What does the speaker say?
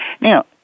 Now